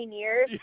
years